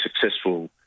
successful